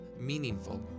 meaningful